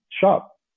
shop